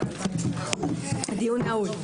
הדיון נעול.